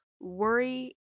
worry